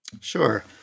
Sure